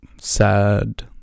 sad